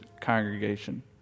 congregation